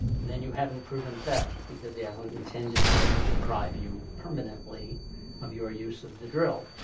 then you haven't proven theft because he hasn't intended to deprive you permanently of your use of the drill.